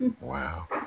wow